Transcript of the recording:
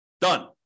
Done